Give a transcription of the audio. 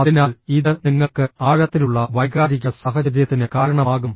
അതിനാൽ ഇത് നിങ്ങൾക്ക് ആഴത്തിലുള്ള വൈകാരിക സാഹചര്യത്തിന് കാരണമാകും